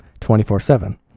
24-7